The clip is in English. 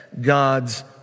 God's